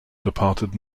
departed